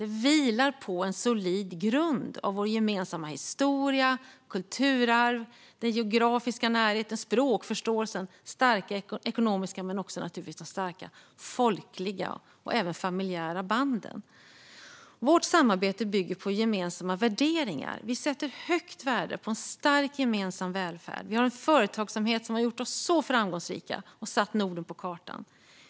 Det vilar på en solid grund av vår gemensamma historia, vårt kulturarv, den geografiska närheten, språkförståelsen, starka ekonomiska band och, naturligtvis, starka folkliga och familjära band. Vårt samarbete bygger på gemensamma värderingar. Vi sätter högt värde på en stark gemensam välfärd. Vi har en företagsamhet som har gjort oss framgångsrika och satt Norden på kartan.